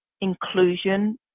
Inclusion